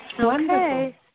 Okay